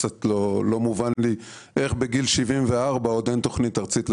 קצת לא מובן לי איך בגיל 74 עוד אין תכנית ארצית לדרכים,